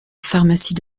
pharmacie